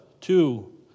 two